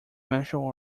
martial